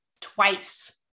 twice